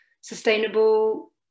sustainable